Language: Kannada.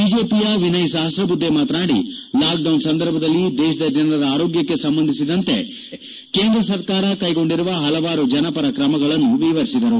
ಬಿಜೆಪಿಯ ಎನಿಯ್ ಸಪಕ್ರ ಬುದ್ದೆ ಮಾತನಾಡಿ ಲಾಕ್ಡೌನ್ ಸಂದರ್ಭದಲ್ಲಿ ದೇಶದ ಜನರ ಆರೋಗ್ರಕ್ಕೆ ಸಂಬಂಧಿಸಿದಂತೆ ಕೇಂದ್ರ ಸರ್ಕಾರ ಕೈಗೊಂಡಿರುವ ಪಲವಾರು ಜನಪರ ಕ್ರಮಗಳನ್ನು ವಿವರಿಸಿದರು